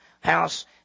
house